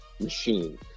machine